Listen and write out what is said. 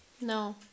No